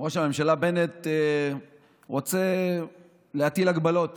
ראש הממשלה בנט רוצה להטיל הגבלות